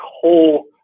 coal